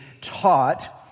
taught